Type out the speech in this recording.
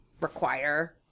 require